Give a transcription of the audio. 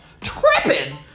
tripping